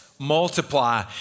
multiply